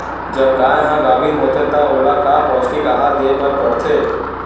जब गाय ह गाभिन होथे त ओला का पौष्टिक आहार दे बर पढ़थे?